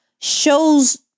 shows